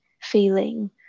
feeling